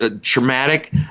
traumatic